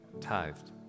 tithed